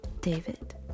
David